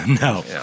No